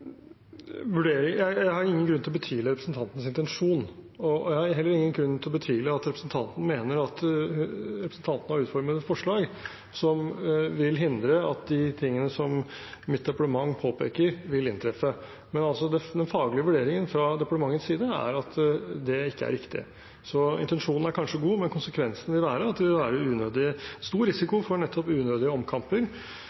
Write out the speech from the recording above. Jeg har ingen grunn til å betvile representanten Andersens intensjon, og jeg har heller ingen grunn til å betvile at representanten mener at representanten har utformet et forslag som vil hindre at det mitt departement påpeker, vil inntreffe. Den faglige vurderingen fra departementets side, er at det ikke er riktig. Intensjonen er kanskje god, men konsekvensen er at det vil være unødig stor risiko